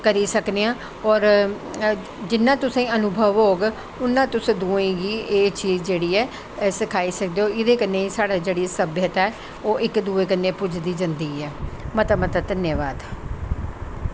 करी सकने आं होर जिन्ना तुसेंगी अनुभव होग उन्ना तुसें दुएं गी एह् चीज सखाई सकदे ओ एह्दे कन्नै साढ़ी जेह्ड़ी सभ्यता ऐ ओह् इक दुए कन्नै पुज्जदी जंदी ऐ मता मता धन्नबाद